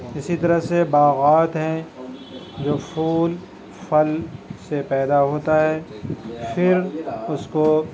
اسی طرح سے باغات ہیں جو پھول پھل سے پیدا ہوتا ہے پھر اس کو